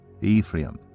Ephraim